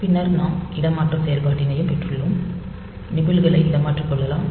பின்னர் நாம் இடமாற்றம் செயல்பாட்டினையும் பெற்றுள்ளோம் நிபில்களை இடமாற்றிக்கொள்ளலாம்